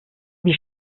wie